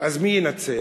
אז מי ינצח?